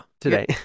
today